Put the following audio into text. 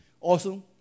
Awesome